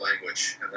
language